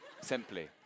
Simply